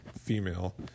female